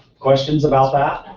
questions about that?